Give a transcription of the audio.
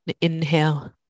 Inhale